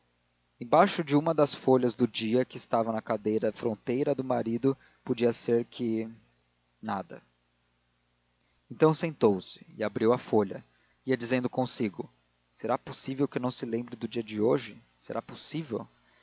embaixo de uma das folhas do dia que estava na cadeira fronteira à do marido podia ser que nada então sentou-se e abrindo a folha ia dizendo consigo será possível que não se lembre do dia de hoje será possível